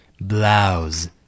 blouse